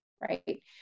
right